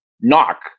knock